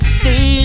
stay